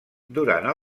durant